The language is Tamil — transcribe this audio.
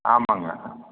ஆமாங்க